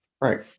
Right